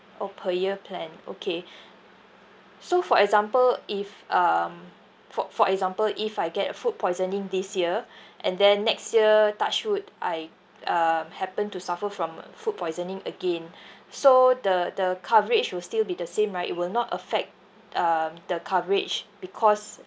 oh per year plan okay so for example if um for for example if I get food poisoning this year and then next year touch wood I um happen to suffer from food poisoning again so the the coverage will still be the same right it will not affect um the coverage because